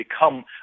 become